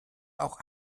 auch